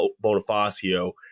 Bonifacio